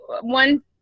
one